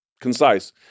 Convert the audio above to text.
concise